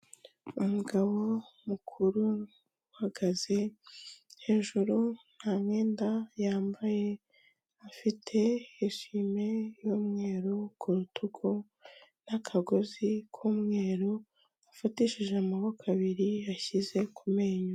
Umugabo mukuru uhagaze hejuru nta mwenda yambaye afite hishie yumweru ku rutugu n'akagozi k'umweru afatishije amaboko abiri yashyize ku menyo.